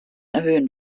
erhöhen